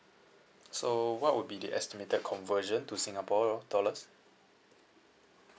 so what would be the estimated conversion to singapore dollars